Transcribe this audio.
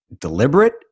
deliberate